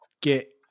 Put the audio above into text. get